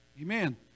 Amen